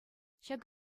ҫак